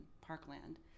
parkland